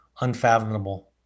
unfathomable